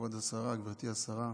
כבוד גברתי השרה,